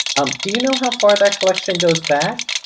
do you know how far that collection goes back?